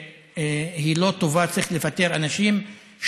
לא טובה וצריך לפטר אנשים,